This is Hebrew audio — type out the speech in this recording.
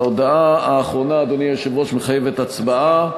ההודעה האחרונה, אדוני היושב-ראש, מחייבת הצבעה.